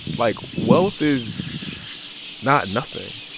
like, wealth is not nothing.